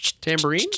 Tambourine